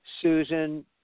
Susan